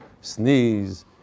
sneeze